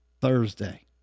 Thursday